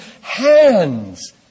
hands